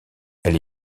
elle